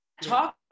talk